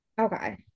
Okay